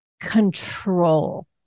control